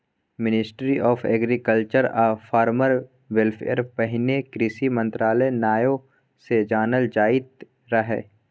ministry of Agriculture आ Farmer Welfare पहिने कृषि मंत्रालय नाओ सँ जानल जाइत रहय